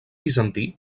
bizantí